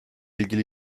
ilgili